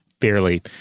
fairly